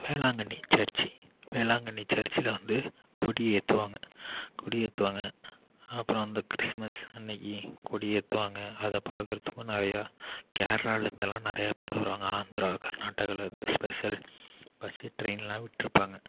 Velankanni church Velankanni சர்சில் வந்து கொடி ஏற்றுவாங்க கொடி ஏற்றுவாங்க அப்புறம் வந்து கிறிஸ்மஸ் அன்னிக்கி கொடி ஏற்றுவாங்க அதை பார்க்குறத்துக்கும் நிறையா கேரளாவில் இருந்துயெல்லாம் நிறையா பேர் வருவாங்க ஆந்திரா கர்நாடகாவில் இருந்து ஸ்பெஷல் பஸ்ஸு டிரெயினெலாம் விட்டிருப்பாங்க